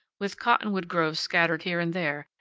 with cottonwood groves scattered here and there,